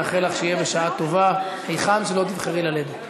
שיהיה בשעה טובה, היכן שתבחרי ללדת.